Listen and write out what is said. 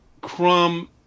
crumb